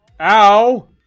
Ow